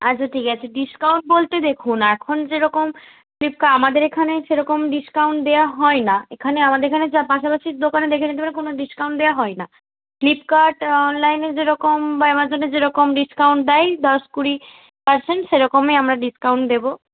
আচ্ছা ঠিক আছে ডিসকাউন্ট বলতে দেখুন এখন যেরকম ডিসকা আমাদের এখানে সেরকম ডিসকাউন্ট দেওয়া হয়না এখানে আমাদের এখানে যা পাশাপাশি দোকানে দেখে নিতে পারেন কোনও ডিসকাউন্ট দেওয়া হয় না ফ্লিপকার্ট অনলাইনে যেরকম বা অ্যামাজনে যেরকম ডিসকাউন্ট দেয় দশ কুড়ি পার্সেন্ট সেরকমই আমরা ডিসকাউন্ট দেব